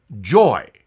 Joy